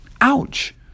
ouch